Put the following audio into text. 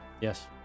Yes